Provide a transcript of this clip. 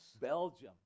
Belgium